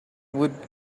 would